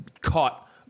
caught